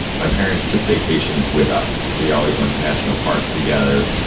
my parents took vacations with us. we always went to national parks together,